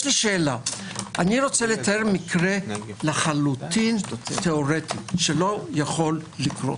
אני רוצה לתאר מקרה לחלוטין תיאורטי שלא יכול לקרות.